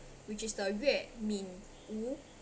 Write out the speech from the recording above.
which is the yue min wu